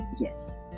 Yes